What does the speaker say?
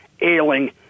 ailing